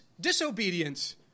disobedience